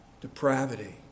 Depravity